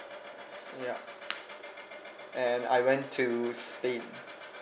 ya and I went to spain